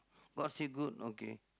god say good okay